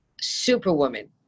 superwoman